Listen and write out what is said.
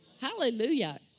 Hallelujah